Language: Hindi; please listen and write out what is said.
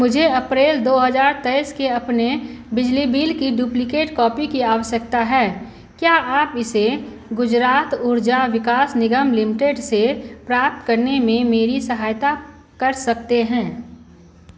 मुझे अप्रैल दो हज़ार तेईस के अपने बिजली बिल की डुप्लिकेट कॉपी की आवश्यकता है क्या आप इसे गुजरात ऊर्जा विकास निगम लिमिटेड से प्राप्त करने में मेरी सहायता कर सकते हैं